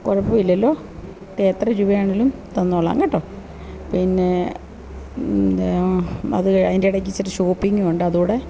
കുഴപ്പമില്ലല്ലോ എത്ര രൂപയാണേലും തന്നോളാം കേട്ടോ പിന്നെ അത് കഴിഞ്ഞ് അതിൻ്റെ ഇടയ്ക്ക് ഇച്ചിരി ഷോപ്പിങ്ങും ഉണ്ട് അതും കൂടെ